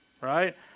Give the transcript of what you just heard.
Right